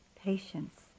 patience